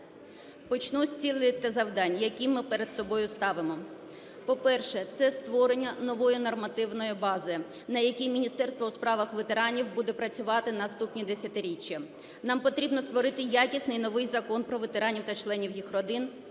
Почну з цілей та завдань які ми перед собою ставимо. По-перше, це створення нової нормативної бази, на якій Міністерство у справах ветеранів буде працювати наступні десятиріччя. Нам потрібно створити якісний новий Закон про ветеранів та членів їх родин,